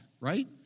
right